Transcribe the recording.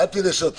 ברזיל ואיחוד